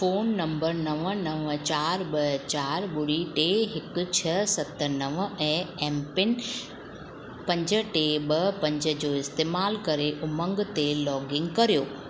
phone number नव नव चारि ॿ चारि ॿुड़ी टे हिकु छह सत नव ऐं ऐमपिन पंज टे ॿ पंज जो इस्तेमालु करे उमंग ते लोगइन कर्यो